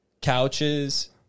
couches